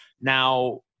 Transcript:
Now